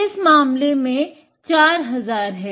इस मामले में 4000 है